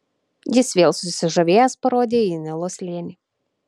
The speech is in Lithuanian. jis vėl susižavėjęs parodė į nilo slėnį